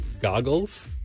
goggles